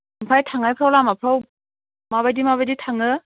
ओमफ्राय थांनायफ्राव लामाफ्राव माबायदि माबायदि थाङो